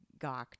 gawked